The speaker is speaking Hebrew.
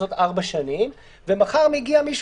ומכהן בתפקיד